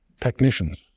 technicians